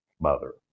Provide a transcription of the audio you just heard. mother